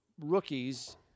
rookies